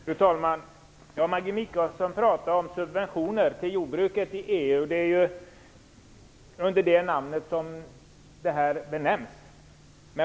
Fru talman! Maggi Mikaelsson pratar om subventioner till jordbruket i EU, och det är ju så det här benämns.